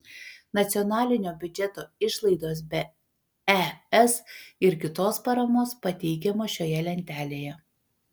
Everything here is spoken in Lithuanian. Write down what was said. nacionalinio biudžeto išlaidos be es ir kitos paramos pateikiamos šioje lentelėje